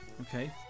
Okay